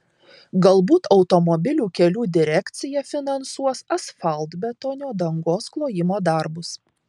galbūt automobilių kelių direkcija finansuos asfaltbetonio dangos klojimo darbus